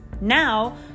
Now